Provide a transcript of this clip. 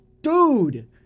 dude